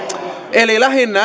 eli lähinnä